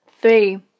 three